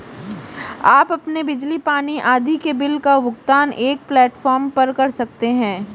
आप अपने बिजली, पानी आदि के बिल का भुगतान एक प्लेटफॉर्म पर कर सकते हैं